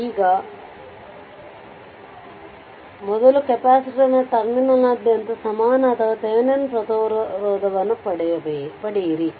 ಈಗ ಮೊದಲು ಕೆಪಾಸಿಟರ್ ಟರ್ಮಿನಲ್ನಾದ್ಯಂತ ಸಮಾನ ಅಥವಾ ಥೆವೆನಿನ್ ಪ್ರತಿರೋಧವನ್ನು ಪಡೆಯಿರಿ